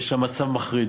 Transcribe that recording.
יש שם מצב מחריד.